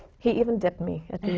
he even dipped me at